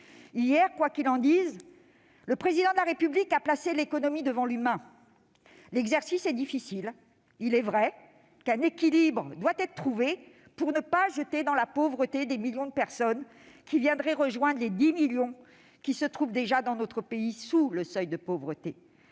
Hier, quoi qu'il en dise, le Président de la République a placé l'économie devant l'humain. L'exercice est difficile. Il est vrai qu'un équilibre doit être trouvé pour ne pas jeter dans la pauvreté des millions de personnes qui viendraient rejoindre les 10 millions qui se trouvent déjà, dans notre pays, sous le seuil de la pauvreté.